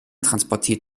transportiert